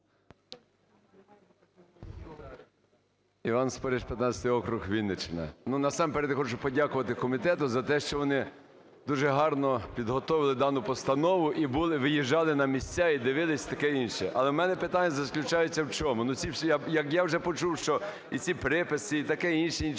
Іван Спориш, 15 округ, Вінниччина. Насамперед я хочу подякувати комітету за те, що вони дуже гарно підготовили дану постанову і були, виїжджали на місця, і дивилися таке й інше. Але в мене питання заключається в чому, оці всі… як я вже почув, що ці приписи і таке інше, нічого